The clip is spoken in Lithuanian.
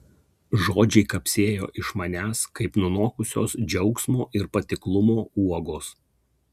žodžiai kapsėjo iš manęs kaip nunokusios džiaugsmo ir patiklumo uogos